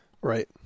Right